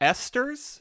Esters